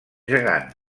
gegant